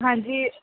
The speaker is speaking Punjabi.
ਹਾਂਜੀ